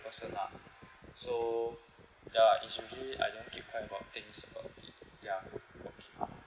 person lah so ya it's usually I don't keep quiet about things ya okay